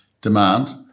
demand